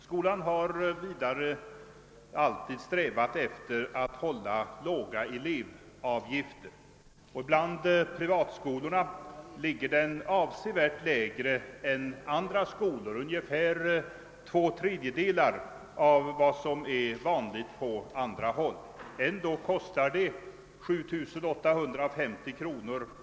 Skolan har vidare alltid strävat efter att hålla låga elevavgifter. Avgifterna ligger avsevärt lägre än vid andra privatskolor — de utgör endast ungefär två tredjedelar av vad som är vanligt på andra håll. Ändå kostar det 7 850 kr.